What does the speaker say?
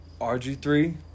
RG3